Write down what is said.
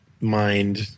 mind